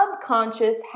subconscious